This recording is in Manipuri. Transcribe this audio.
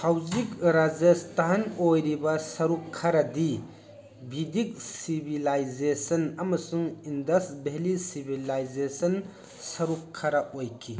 ꯍꯧꯖꯤꯛ ꯔꯥꯖꯁꯊꯥꯟ ꯑꯣꯏꯔꯤꯕ ꯁꯔꯨꯛ ꯈꯔꯗꯤ ꯚꯤꯗꯤꯛ ꯁꯤꯚꯤꯂꯥꯏꯖꯦꯁꯟ ꯑꯃꯁꯨꯡ ꯏꯟꯗꯁ ꯚꯦꯂꯤ ꯁꯤꯚꯤꯂꯥꯏꯖꯦꯁꯟ ꯁꯔꯨꯛ ꯈꯔ ꯑꯣꯏꯈꯤ